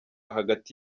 hagati